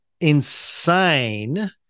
insane